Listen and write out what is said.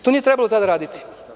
To nije trebalo tada uraditi.